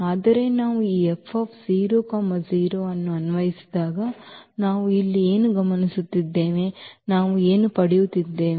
ಆದರೆ ನಾವು ಈ F00 ಅನ್ನು ಅನ್ವಯಿಸಿದಾಗ ನಾವು ಇಲ್ಲಿ ಏನು ಗಮನಿಸಿದ್ದೇವೆ ನಾವು ಏನು ಪಡೆಯುತ್ತಿದ್ದೇವೆ